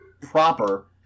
proper